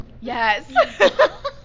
yes